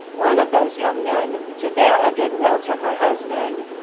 one of those young men, to bear a good will to her husband,